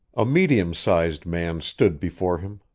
a medium-sized man stood before him,